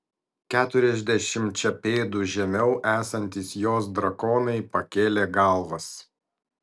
keturiasdešimčia pėdų žemiau esantys jos drakonai pakėlė galvas